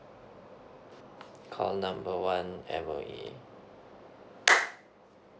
call number one M_O_E